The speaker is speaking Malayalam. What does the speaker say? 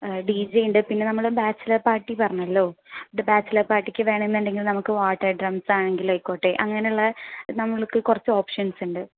ഡി ജെ ഉണ്ട് പിന്നെ നമ്മൾ ബാച്ചലർ പാർട്ടി പറഞ്ഞല്ലോ അത് ബാച്ചലർ പാർട്ടിക്ക് വേണം എന്നുണ്ടെങ്കിൽ നമുക്ക് വാട്ടർ ഡ്രംസ് ആണെങ്കിലായിക്കോട്ടെ അങ്ങനെയുള്ള നമുക്ക് കുറച്ചു ഓപ്ഷൻസ് ഉണ്ട്